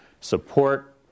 support